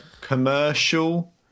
Commercial